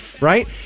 Right